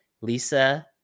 Lisa